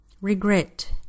regret